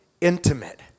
intimate